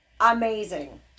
Amazing